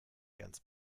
ganz